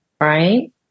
right